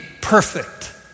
perfect